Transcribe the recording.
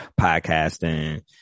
podcasting